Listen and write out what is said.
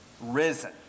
risen